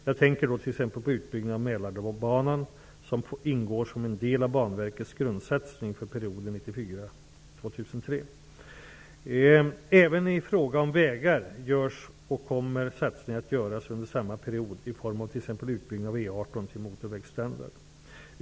Jag tänker då t.ex. på utbyggnaden av Mälarbanan som ingår som en del av Banverkets grundsatsning för perioden 1994--2003. Även i fråga om vägar görs och kommer satsningar att göras under samma period i form av t.ex. utbyggnad av E 18 till motorvägsstandard.